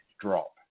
drop